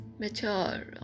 mature